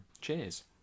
Cheers